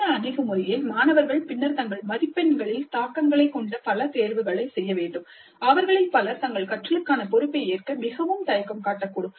இந்த அணுகுமுறையில் மாணவர்கள் பின்னர் தங்கள் மதிப்பெண்களில் தாக்கங்களைக் கொண்ட பல தேர்வுகளை செய்ய வேண்டும் அவர்களில் பலர் தங்கள் கற்றலுக்கான பொறுப்பை ஏற்க மிகவும் தயக்கம் காட்டக்கூடும்